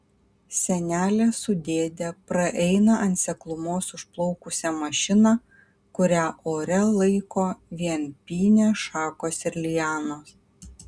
senelė su dėde praeina ant seklumos užplaukusią mašiną kurią ore laiko vien pynės šakos ir lianos